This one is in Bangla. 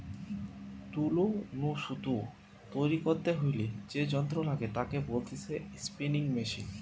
তুলো নু সুতো তৈরী করতে হইলে যে যন্ত্র লাগে তাকে বলতিছে স্পিনিং মেশিন